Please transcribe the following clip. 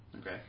Okay